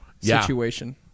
situation